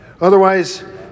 Otherwise